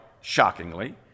shockingly